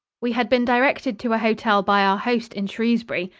we had been directed to a hotel by our host in shrewsbury,